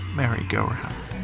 merry-go-round